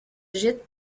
gîte